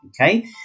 Okay